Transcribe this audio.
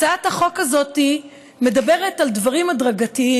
הצעת החוק הזאת מדברת על דברים הדרגתיים.